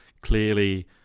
clearly